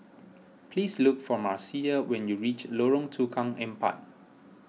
please look for Marcia when you reach Lorong Tukang Empat